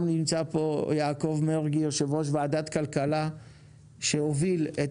נמצא כאן יעקב מרגי יושב ראש ועדת הכלכלה שהוביל את